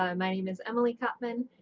um my name is emily cotman,